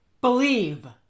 Believe